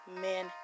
men